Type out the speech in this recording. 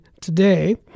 today